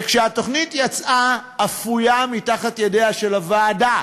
כשהתוכנית יצאה אפויה מתחת ידיה של הוועדה,